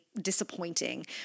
disappointing